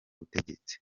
butegetsi